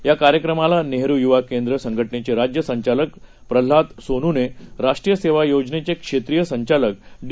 या कार्यक्रमाला नेहरू युवा केंद्र संघटनेचे राज्य संचालक प्रल्हाद सोनुने राष्ट्रीय सेवा योजनेचे क्षेत्रीय संचालक डी